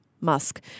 Musk